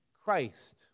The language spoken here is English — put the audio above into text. Christ